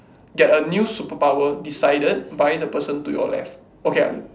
get a new superpower decided by the person to your left okay